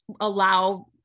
allow